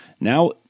Now